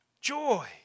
Joy